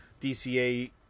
DCA